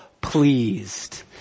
pleased